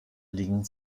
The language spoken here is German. liegen